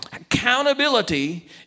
accountability